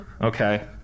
Okay